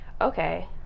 Okay